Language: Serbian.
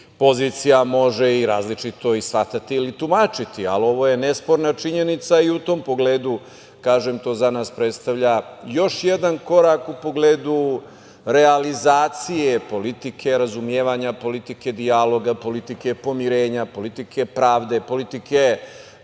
pozicija može i različito shvatati ili tumačiti. Ovo je nesporna činjenica i u tom pogledu, kažem, to za nas predstavlja još jedan korak u pogledu realizacije politike razumevanja, politike dijaloga, politike pomirenja, politike pravde, politike